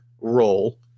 role